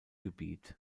gebiet